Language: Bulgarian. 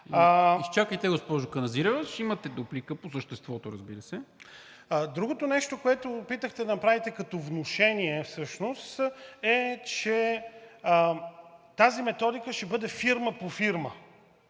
Изчакайте, госпожо Каназирева, ще имате дуплика по същество, разбира се. НАСТИМИР АНАНИЕВ: Другото нещо, което опитахте да направите като внушение всъщност, е, че тази методика ще бъде фирма по фирма.